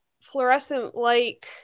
fluorescent-like